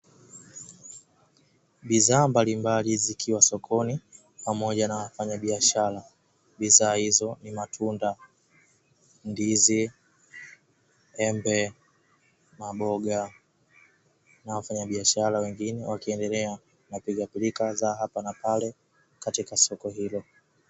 Bidhaa mbalimbali zikiwa sokoni pamoja na wafanyabiashara, bidhaa hizo ni matunda ndizi, embe, maboga na wafanyabiashara wengine wakiendelea na pilikapilika za hapa na pale katika soko hilo.